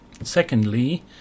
Secondly